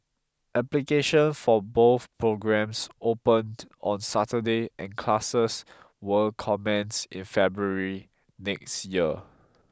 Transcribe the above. application for both programmes opened on Saturday and classes will commence in February next year